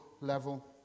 level